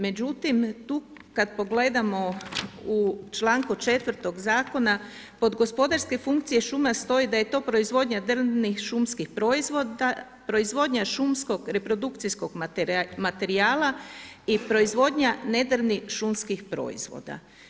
Međutim, tu kad pogledamo u čl. 4. Zakona, pod gospodarske funkcije šuma stoji da je to proizvodnja drvnih šumskih proizvoda, proizvodnja šumskog reprodukcijskog materijala i proizvodnja nedrvnih šumskih proizvoda.